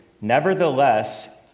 Nevertheless